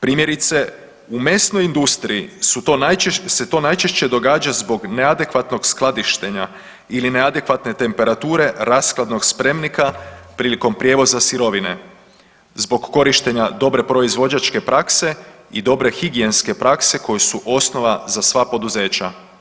Primjerice u mesnoj industriji su to najčešće, se to najčešće događa zbog neadekvatnog skladištenja ili neadekvatne temperature rashladnog spremnika prilikom prijevoza sirovine zbog korištenja dobre proizvođačke prakse i dobre higijenske prakse koji su osnova za sva poduzeća.